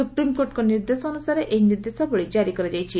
ସୁପ୍ରିମକୋର୍ଟଙ୍କ ନିର୍ଦ୍ଦେଶ ଅନୁସାରେ ଏହି ନିର୍ଦ୍ଦେଶାବଳୀ କାରି କରାଯାଇଛି